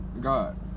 God